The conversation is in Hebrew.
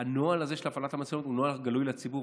הנוהל הזה של הפעלת המצלמות הוא נוהל גלוי לציבור,